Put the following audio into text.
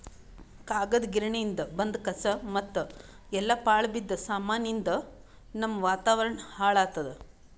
ಕಾಗದ್ ಗಿರಣಿಯಿಂದ್ ಬಂದ್ ಕಸಾ ಮತ್ತ್ ಎಲ್ಲಾ ಪಾಳ್ ಬಿದ್ದ ಸಾಮಾನಿಯಿಂದ್ ನಮ್ಮ್ ವಾತಾವರಣ್ ಹಾಳ್ ಆತ್ತದ